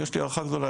יש לי הערכה גדולה,